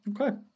Okay